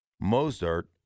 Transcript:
Mozart